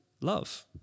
love